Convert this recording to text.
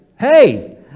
hey